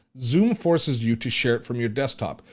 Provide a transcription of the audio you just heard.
zoom forces you to share it from your desktop,